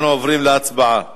אנחנו עוברים להצבעה